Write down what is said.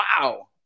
wow